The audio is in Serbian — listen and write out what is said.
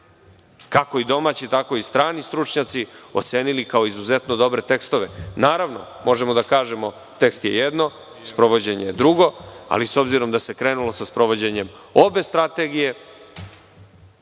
kako i domaći, tako i strani stručnjaci ocenili kao izuzetno dobre tekstove. Naravno, možemo da kažemo tekst je jedno, sprovođenje je drugo, ali s obzirom da se krenulo sa sprovođenjem obe strategije,